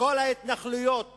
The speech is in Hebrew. וכל ההתנחלויות